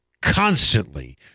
constantly